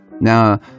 Now